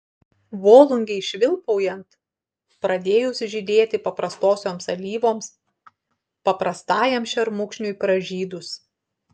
volungei švilpaujant pradėjus žydėti paprastosioms alyvoms paprastajam šermukšniui pražydus